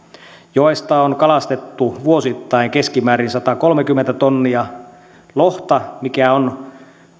joesta on kalastettu vuosittain keskimäärin satakolmekymmentä tonnia lohta mikä on